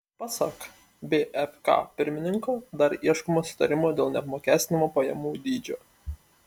pasak bfk pirmininko dar ieškoma sutarimo dėl neapmokestinamo pajamų dydžio